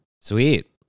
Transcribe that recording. Sweet